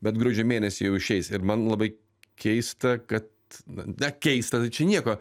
bet gruodžio mėnesį jau išeis ir man labai keista kad na keista tai čia nieko